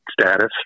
status